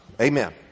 Amen